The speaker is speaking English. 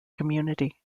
community